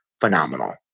phenomenal